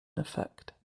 effect